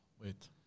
wait